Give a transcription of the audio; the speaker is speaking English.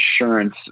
insurance